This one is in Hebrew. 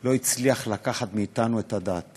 לא הצליח לקחת מאתנו את הדעת